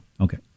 okay